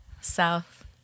South